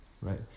Right